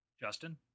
Justin